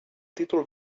títol